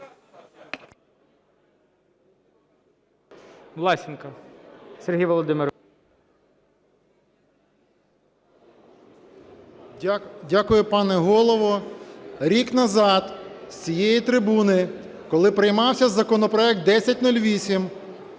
Дякую, пане Голово. Рік назад з цієї трибуни, коли приймався законопроект 1008,